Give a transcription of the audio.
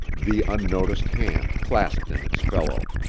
the unnoticed hand clasped in its fellow.